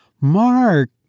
Mark